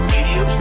Radio